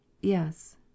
YES